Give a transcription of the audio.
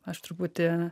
aš truputį